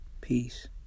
Peace